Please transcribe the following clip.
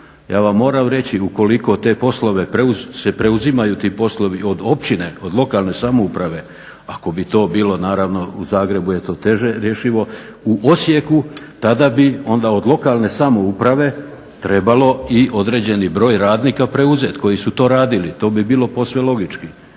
Ja vam moram reći ukoliko te poslove se preuzimaju ti poslovi od općine, od lokalne samouprave ako bi to bilo naravno u Zagrebu je to teže rješivo u Osijeku tada bi onda od lokalne samouprave trebalo i određeni broj radnika preuzeti koji su to radili. To bi bilo posve logički